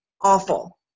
awful